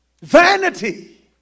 Vanity